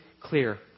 clear